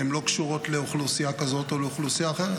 הן לא קשורות לאוכלוסייה כזאת או אוכלוסייה אחרת,